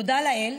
תודה לאל,